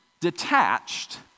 detached